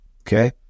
Okay